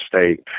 state